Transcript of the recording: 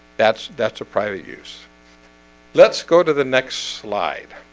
that's that's a private use let's go to the next slide